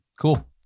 Cool